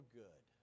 good